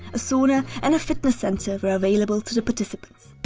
a sauna and a fitness center were available to the participants.